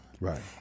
Right